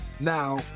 now